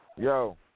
yo